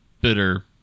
bitter